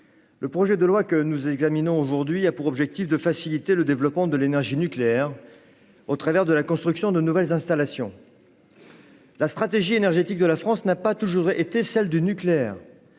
le projet de loi que nous examinons aujourd'hui a pour objectif de faciliter le développement de l'énergie nucléaire au travers de la construction de nouvelles installations. La stratégie énergétique de la France n'a pas toujours été celle du nucléaire.